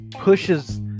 Pushes